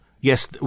Yes